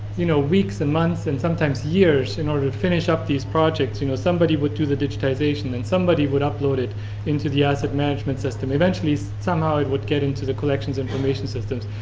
you know, weeks and month and sometimes years in order to finish up these projects. you know, somebody went through the digitation and somebody would upload it into the assets management system. eventually somehow it would get into the collections information system.